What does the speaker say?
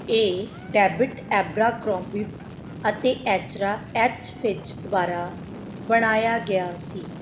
ਇਹ David Abercrombie ਅਤੇ ਏਚਰਾ ਐਚ ਫਿਚ ਦੁਆਰਾ ਬਣਾਇਆ ਗਿਆ ਸੀ